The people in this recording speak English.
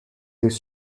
this